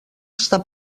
està